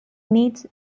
needs